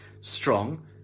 strong